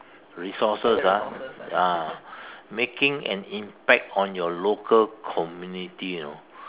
resources ah ah making an impact on your local community you know